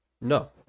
No